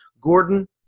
Gordon